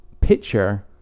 picture